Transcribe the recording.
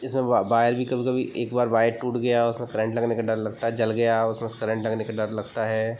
इसमें वह बायर भी कभी कभी एक बार वायर टूट गया उसमें करंट लगने का डर लगता है जल गया उसमें से करंट लगने का डर लगता है